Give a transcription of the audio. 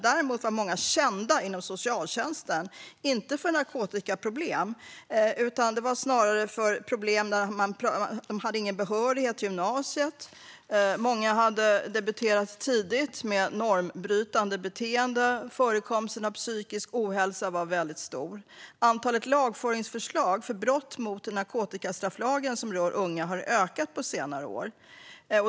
Däremot var många kända inom socialtjänsten, inte för narkotikaproblem utan snarare för att de saknade behörighet till gymnasiet. Många hade debuterat tidigt med normbrytande beteende. Och vidare var förekomsten av psykisk ohälsa stor. Antalet lagföringsförslag för brott mot narkotikastrafflagen som rör unga har ökat på senare år.